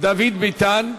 דוד ביטן,